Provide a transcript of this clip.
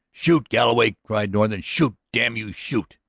shoot, galloway! cried norton. shoot, damn you, shoot!